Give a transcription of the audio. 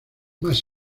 más